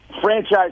franchise